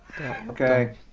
Okay